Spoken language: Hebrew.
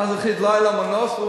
ואז החליט, לא היה לו מנוס,